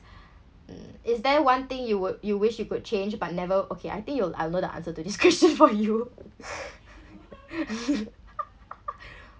is there one thing you would you wish you could change but never okay I think you'll I'll know the answer to this question for you